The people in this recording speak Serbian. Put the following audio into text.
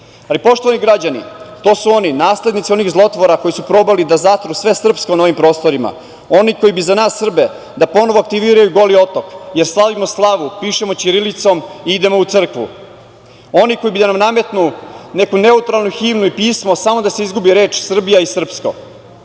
dotakli. Poštovani građani, to su oni, naslednici onih zlotvora koji su probali da zatru sve srpsko na ovim prostorima, oni koji bi za nas Srbe da ponovo aktiviraju „Goli otok“, jer slavimo slavu, pišemo ćirilicom i idemo u crkvu. Oni koji bi da nam nametnu neku neutralnu himnu i pismo samo da se izgubi reč Srbija i